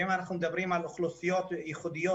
ואם אנחנו מדברים על אוכלוסיות ייחודיות,